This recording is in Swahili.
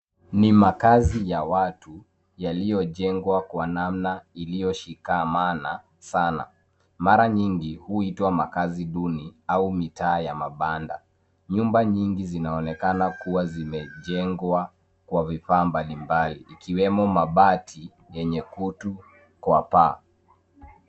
Ni makazi ya watu, yaliyojengwa kwa namna iliyoshikamana sana. Mara nyingi, huitwa makazi duni, au mitaa ya mabanda. Nyumba nyingi zinaonekana kuwa zimejengwa kwa vifaa mbalimbali, ikiwemo mabati, yenye kutu kwa paa.